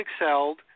excelled